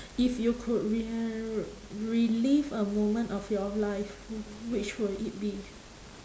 if you could re~ uh relive a moment of your life which will it be